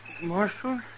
Marshal